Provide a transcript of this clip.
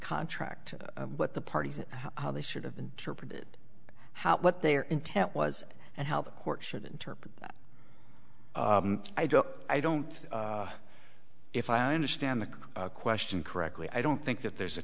contract what the parties how they should have been how what their intent was and how the court should interpret that i don't i don't if i understand the question correctly i don't think that there's a